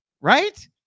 right